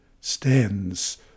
stands